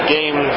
Game